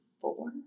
four